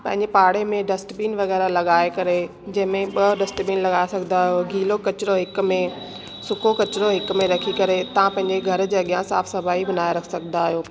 पंहिंजे पाड़े में डस्टबिन वग़ैरह लॻाए करे जंहिंमें ॿ डस्टबिन लॻाए सघंदा आहियो गीलो कचरो हिक में सुको कचरो हिक में रखी करे तां पैंजे घर जे अॻियां साफ़ सफ़ाई बनाए रखे सघंदा आहियो